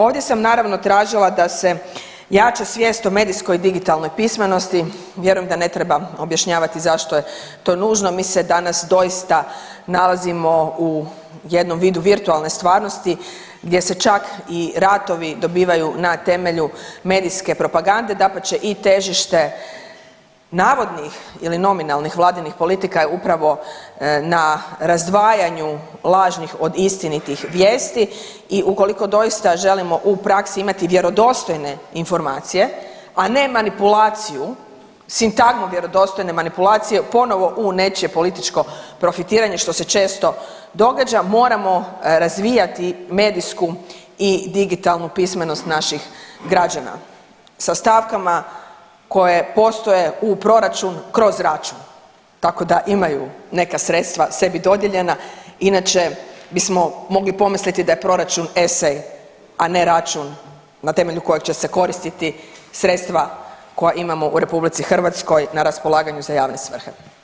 Ovdje sam naravno tražila da se jača svijest o medijskoj digitalnoj pismenosti, vjerujem da ne treba objašnjavati zašto je to nužno, mi se danas doista nalazimo u jednom vidu virtualne stvarnosti gdje se čak i ratovi dobivaju na temelju medijske propagande, dapače i težište navodnih ili nominalnih vladinih politika je upravo na razdvajanju lažnih od istinitih vijesti i ukoliko doista želimo u praksi imati vjerodostojne informacije, a ne manipulaciju, sintagmu vjerodostojne manipulacije, ponovo u nečije političko profitiranje, što se često događa, moramo razvijati medijsku i digitalnu pismenost naših građana sa stavkama koje postoje u proračunu kroz račun tako da imaju neka sredstva sebi dodijeljena, inače bismo mogli pomisliti da je proračun esej, a ne račun na temelju kojeg će se koristiti sredstva koja imamo u RH na raspolaganju za javne svrhe.